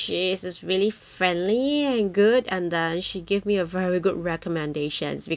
friendly and good and then she give me a very good recommendations because thanks to her